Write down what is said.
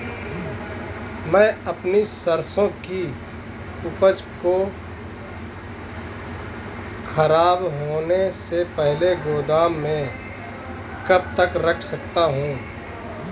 मैं अपनी सरसों की उपज को खराब होने से पहले गोदाम में कब तक रख सकता हूँ?